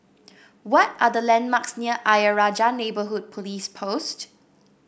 what are the landmarks near Ayer Rajah Neighbourhood Police Post